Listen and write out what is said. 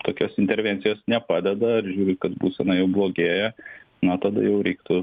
tokios intervencijos nepadeda kad būsena jau blogėja na tada jau reiktų